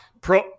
Pro